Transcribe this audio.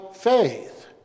faith